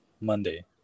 Monday